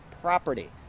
property